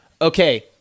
okay